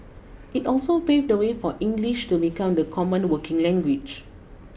it also paved the way for English to become the common working language